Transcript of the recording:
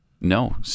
No